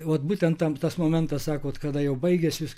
vat būtent tas momentas sakote kada jau baigiasi